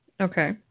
Okay